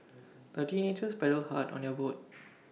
the teenagers paddled hard on their boat